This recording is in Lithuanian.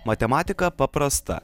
matematika paprasta